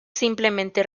simplemente